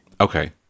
Okay